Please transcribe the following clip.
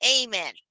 Amen